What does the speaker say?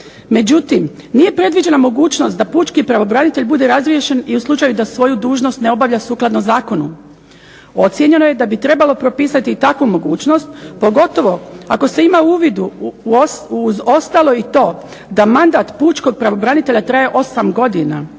Međutim, nije predviđena mogućnost da pučki pravobranitelj bude razriješen i u slučaju da svoju dužnost ne obavlja sukladno zakonu. Ocijenjeno je da bi trebalo propisati i takvu mogućnost pogotovo ako se ima uvid uz ostalo i to da mandat pučkog pravobranitelja traje 8 godina